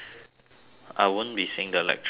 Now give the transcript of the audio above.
I won't be seeing the lecturer already